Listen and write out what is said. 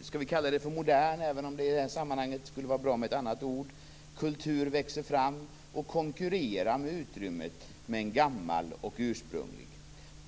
skall vi kalla det modern kultur, även om det i det här sammanhanget skulle vara bra med ett annat ord, växer fram och konkurrerar om utrymmet med en gammal och ursprunglig.